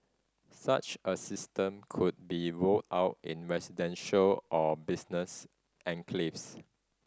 such a system could be rolled out in residential or business enclaves